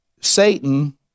Satan